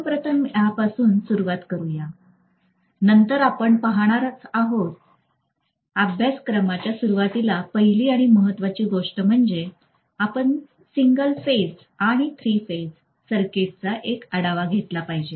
आपण प्रथम यापासून सुरवात करूया नंतर आपण पाहणारच आहोत अभ्यास क्रमाच्या सुरवातीला पहिली आणि महत्त्वाची गोष्ट म्हणजे आपण सिंगल फेज आणि थ्री फेज सर्किटचा एक आढावा घेतला पाहिजे